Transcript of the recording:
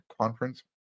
Conference